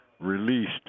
released